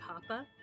Papa